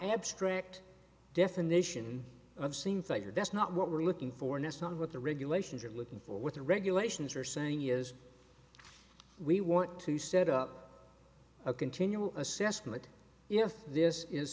abstract definition of seems like your that's not what we're looking for ness not what the regulations are looking for what the regulations are saying is we want to set up a continual assessment yes this is